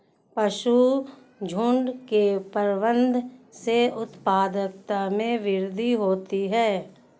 पशुझुण्ड के प्रबंधन से उत्पादकता में वृद्धि होती है